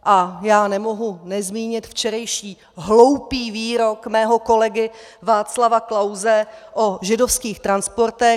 A já nemohu nezmínit včerejší hloupý výrok mého kolegy Václava Klause o židovských transportech.